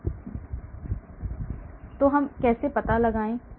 तो कैसे क्या हम PAIN का पता लगाते हैं